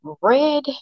red